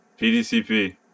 PDCP